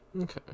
Okay